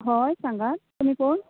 हय सांगात तुमी कोण